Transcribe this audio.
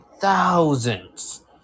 thousands